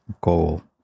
goal